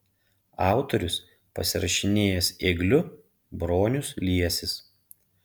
autorius pasirašinėjęs ėgliu bronius liesis